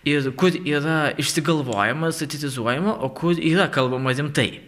ir kur yra išsigalvojimas utitizuojama o kur yra kalbama rimtai